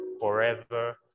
forever